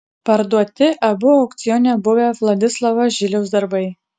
parduoti abu aukcione buvę vladislovo žiliaus darbai